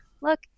look